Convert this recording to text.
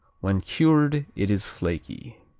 when cured it is flaky.